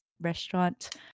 restaurant